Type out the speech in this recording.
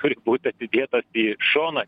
turi būt atidėtas į šoną